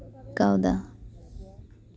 ᱠᱟᱣᱫᱟ